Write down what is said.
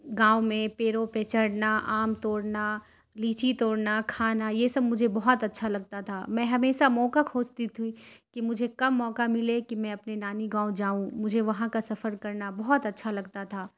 گاؤں میں پیروں پہ چڑھنا آم توڑنا لیچی توڑنا کھانا یہ سب مجھے بہت اچھا لگتا تھا میں ہمیشہ موقع کھوجتی تھی کہ مجھے کب موقع ملے کہ میں اپنے نانی گاؤں جاؤں مجھے وہاں کا سفر کرنا بہت اچھا لگتا تھا